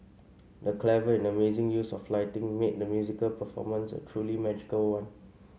the clever and amazing use of lighting made the musical performance a truly magical one